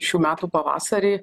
šių metų pavasarį